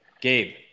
Gabe